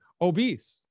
obese